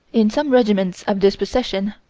in some regiments of this procession,